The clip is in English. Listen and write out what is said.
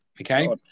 Okay